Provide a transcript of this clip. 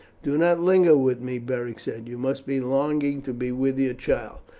do not linger with me, beric said. you must be longing to be with your child.